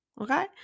okay